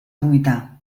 vomitar